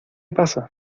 pasa